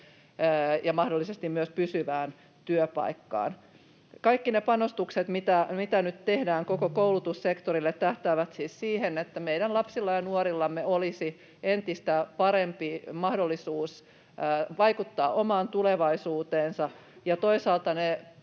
ja mahdollisesti myös pysyvään työpaikkaan. Kaikki ne panostukset, mitä nyt tehdään koko koulutussektorille, tähtäävät siis siihen, että meidän lapsillamme ja nuorillamme olisi entistä parempi mahdollisuus vaikuttaa omaan tulevaisuuteensa ja toisaalta ne